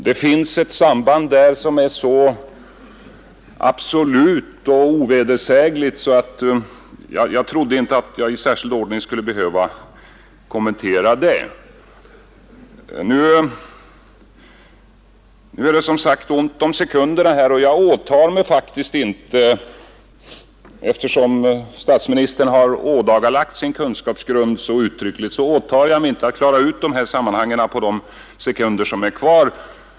Det finns härvidlag ett samband som är så absolut och ovedersägligt, att jag inte trodde att jag i särskild ordning skulle behöva kommentera det. Eftersom statsministern ådagalagt sin kunskapsgrund så uttryckligt, åtar jag mig inte att klara ut sammanhangen för honom på de få sekunder som är kvar.